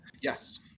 Yes